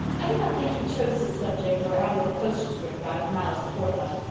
i do not think he chose his subject or added the postscript out of malice aforethought.